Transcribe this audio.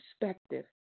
perspective